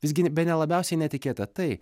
visgi bene labiausiai netikėta tai